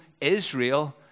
Israel